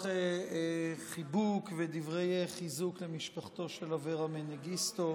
חיבוק ודברי חיזוק למשפחתו של אברה מנגיסטו,